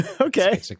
Okay